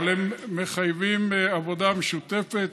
אבל הן מחייבות עבודה משותפת,